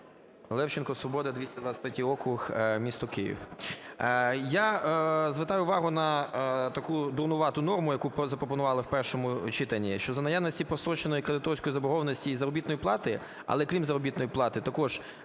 Левченко, "Свобода", 223 округ, місто Київ. Я звертаю увагу на таку дурнувату норму, яку запропонували в першому читанні, що за наявності простроченої кредиторської заборгованості із заробітної плати, але, крім заробітної плати, також